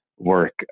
work